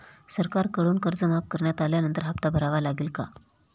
सरकारकडून कर्ज माफ करण्यात आल्यानंतर हप्ता भरावा लागेल का?